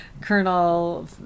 Colonel